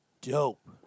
dope